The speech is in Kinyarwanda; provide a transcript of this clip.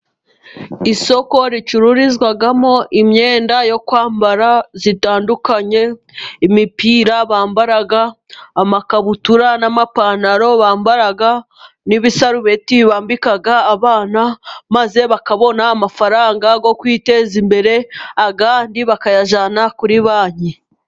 Isoko ricururizwamo imyenda yo kwambara itandukanye, imipira bambara, amakabutura n'amapantaro bambara, n'ibisarubeti bambika abana, maze bakabona amafaranga yo kwiteza imbere, andi bakayajyana kuri banki.